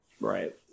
right